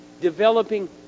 developing